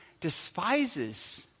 despises